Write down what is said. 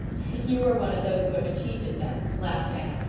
you are one of those who have achieved it then, laughed anne,